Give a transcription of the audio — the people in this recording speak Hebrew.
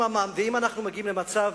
אם אנחנו מגיעים למצב